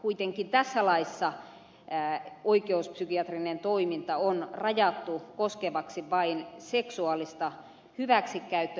kuitenkin tässä laissa oikeuspsykiatrinen toiminta on rajattu koskevaksi vain seksuaalista hyväksikäyttöä